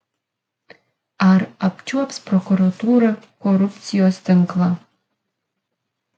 ar apčiuops prokuratūra korupcijos tinklą